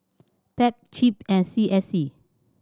Pei Chip and C S C